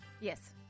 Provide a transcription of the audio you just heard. Yes